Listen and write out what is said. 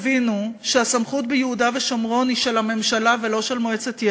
תבינו שהסמכות ביהודה ושומרון היא של הממשלה ולא של מועצת יש"ע,